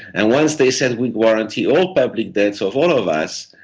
and once they said we'd guarantee all public debts of all of us,